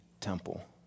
temple